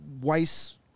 Weiss